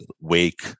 wake